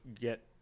get